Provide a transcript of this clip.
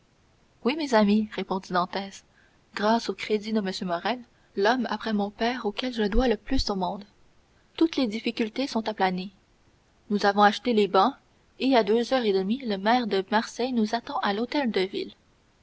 oui mes amis répondit dantès grâce au crédit de m morrel l'homme après mon père auquel je dois le plus au monde toutes les difficultés sont aplanies nous avons acheté les bans et à deux heures et demie le maire de marseille nous attend à l'hôtel de ville